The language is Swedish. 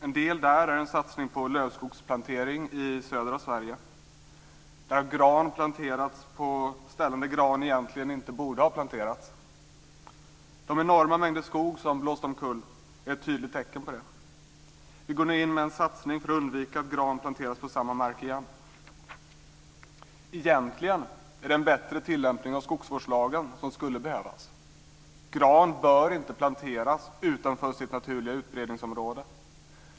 En del där är en satsning på lövskogsplantering i södra Sverige, där gran planterats på ställen där gran egentligen inte borde ha planterats. De enorma mängder skog som blåst omkull är ett tydligt tecken på det. Vi går nu in med en satsning för att undvika att gran planteras på samma mark igen. Egentligen är det en bättre tillämpning av skogsvårdslagen som skulle behövas. Gran bör inte planteras utanför sitt naturliga utbredningsområde.